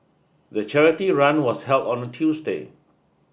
the charity run was held on a Tuesday